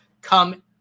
come